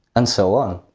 and so on.